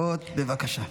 בבקשה.